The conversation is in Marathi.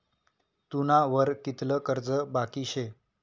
तुना वर कितलं कर्ज बाकी शे